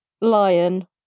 lion